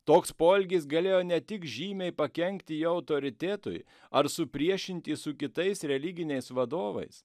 toks poelgis galėjo ne tik žymiai pakenkti jo autoritetui ar supriešinti su kitais religiniais vadovais